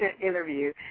interview